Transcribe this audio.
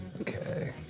okay.